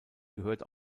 gehört